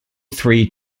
three